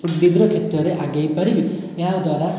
ବିଭିନ୍ନ କ୍ଷେତ୍ରରେ ଆଗେଇ ପାରିବି ଏହା ଦ୍ୱାରା